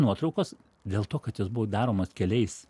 nuotraukos dėl to kad jos buvo daromos keliais